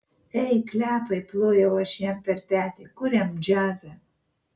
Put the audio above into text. ei klepai plojau aš jam per petį kuriam džiazą